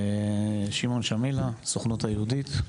שמעון שמילה, הסוכנות היהודית.